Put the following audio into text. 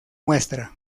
muestra